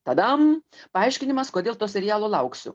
tadam paaiškinimas kodėl to serialo lauksiu